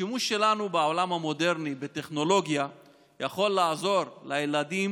השימוש שלנו בעולם המודרני בטכנולוגיה יכול לעזור לילדים